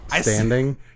standing